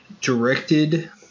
directed